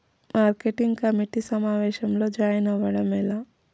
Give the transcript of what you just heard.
Market committee సమావేశంలో join అవ్వడం ఎలా?